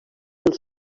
del